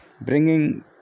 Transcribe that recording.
bringing